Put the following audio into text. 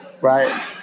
right